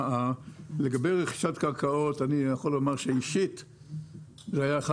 לגבי רכישת קרקעות אני יכול לומר שאישית זה היה אחד